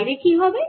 বাইরে কি হবে